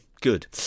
good